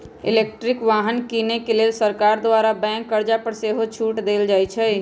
electric वाहन किने के लेल सरकार द्वारा बैंक कर्जा पर सेहो छूट देल जाइ छइ